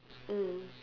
mm